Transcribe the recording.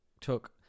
took